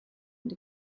and